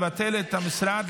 הממשלה,